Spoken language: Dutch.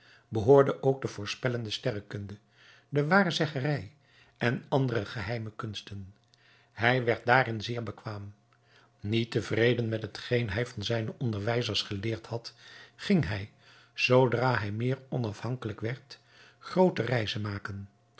behoorde ook de voorspellende sterrekunde de waarzeggerij en andere geheime kunsten hij werd daarin zeer bekwaam niet tevreden met hetgeen hij van zijne onderwijzers geleerd had ging hij zoodra hij meer onafhankelijk werd groote reizen maken